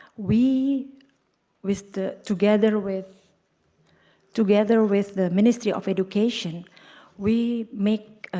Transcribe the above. we with the together with together with the ministry of education we make